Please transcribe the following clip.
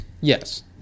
Yes